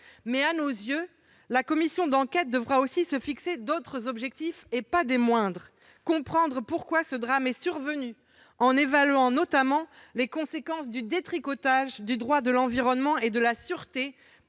? À nos yeux, la commission d'enquête devra aussi se fixer d'autres objectifs, et pas des moindres : comprendre pourquoi ce drame est survenu, en évaluant notamment les conséquences du détricotage du droit de l'environnement et de la sûreté